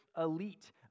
elite